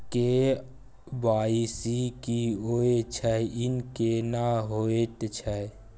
KYC की होय छै, ई केना होयत छै?